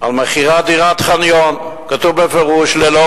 על מכירת דירת חניון, כתוב בפירוש ללא